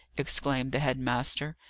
exclaimed the head-master,